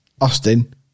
Austin